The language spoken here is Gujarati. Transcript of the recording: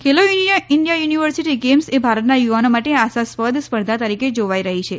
ખેલો ઇન્ડિયા યુનિવર્સીટી ગેમ્સ એ ભારતના યુવાનો માટે આશાસ્પદ સ્પર્ધા તરીકે જોવાઇ રહી છે